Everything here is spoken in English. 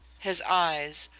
his eyes,